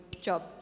job